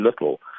little